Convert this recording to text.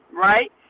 right